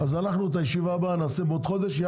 אז את הוועדה הבאה נקיים בעוד חודש,